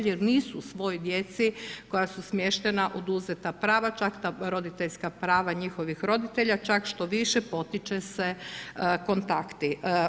Jer nisu svoj toj djeci koja su smještena oduzeta prava, čak ta roditeljska njihovih roditelja čak što više potiču se kontakti.